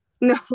No